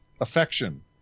affection